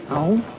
oh,